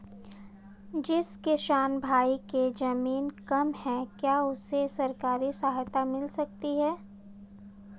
जिस किसान भाई के ज़मीन कम है क्या उसे सरकारी सहायता मिल सकती है?